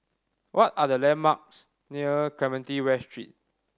what are the landmarks near Clementi West Street